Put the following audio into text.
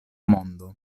mondo